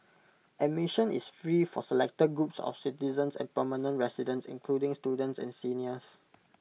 admission is free for selected groups of citizens and permanent residents including students and seniors